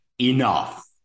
enough